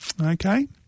Okay